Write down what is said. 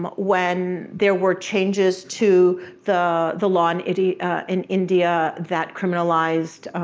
um when there were changes to the the law in india and india that criminalized